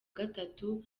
gatatu